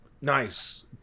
nice